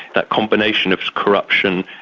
that combination of corruption,